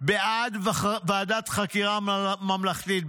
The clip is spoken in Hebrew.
בעד ועדת חקירה ממלכתית.